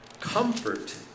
Comfort